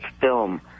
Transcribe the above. film